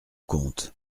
compte